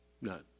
None